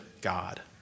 God